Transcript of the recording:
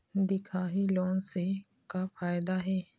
दिखाही लोन से का फायदा हे?